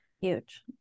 huge